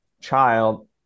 child